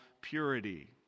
purity